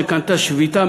שקנתה לה שביתה,